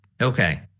Okay